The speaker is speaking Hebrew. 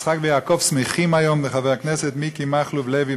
יצחק ויעקב שמחים היום בחבר הכנסת מיקי מכלוף לוי,